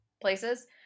places